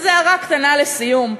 אז הערה קטנה לסיום.